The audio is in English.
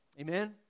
amen